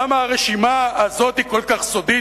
למה הרשימה הזאת היא כל כך סודית?